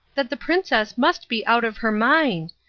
that the princess must be out of her mind.